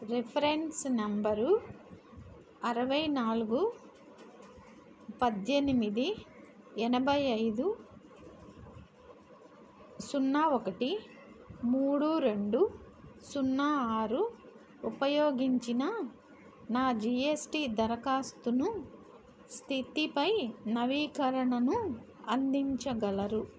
reference number అరవై నాలుగు పద్దెనిమిది ఎనభై ఐదు సున్నా ఒకటి మూడు రెండు సున్నా ఆరు ఉపయోగించి నా జీఎస్టీ దరఖాస్తును స్థితిపై నవీకరణను అందించగలరు